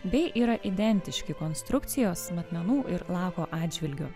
bei yra identiški konstrukcijos matmenų ir lako atžvilgiu